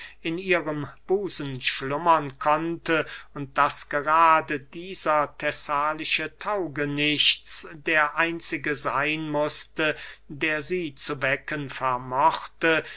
in ihrem busen schlummern konnte und daß gerade dieser thessalische taugenichts der einzige seyn mußte der sie zu wecken vermochte